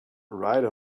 ride